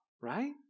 right